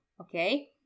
okay